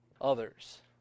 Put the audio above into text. others